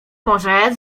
może